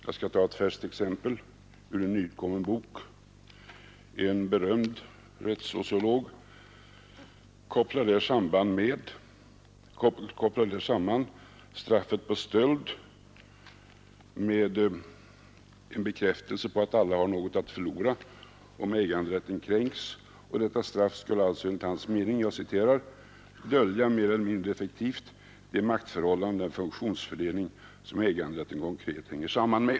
Jag skall ta ett färskt exempel ur en nyutkommen bok. En berömd rättssociolog kopplar där samman straffet för stöld med en bekräftelse på att alla har något att förlora om äganderätten kränks. Enligt hans mening är det så att detta straff — jag citerar ur ett pressreferat — ”döljer, mer eller mindre effektivt, de maktförhållanden och den funktionsfördelning som äganderätten konkret hänger samman med”.